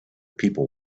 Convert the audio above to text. people